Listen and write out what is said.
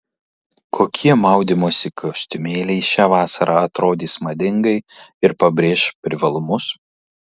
kokie maudymosi kostiumėliai šią vasarą atrodys madingai ir pabrėš privalumus